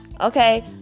okay